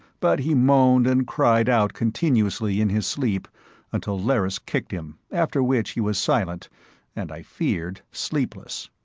but he moaned and cried out continuously in his sleep until lerrys kicked him, after which he was silent and, i feared, sleepless.